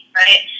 right